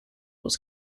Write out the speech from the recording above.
was